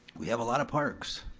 we have a lot of parks.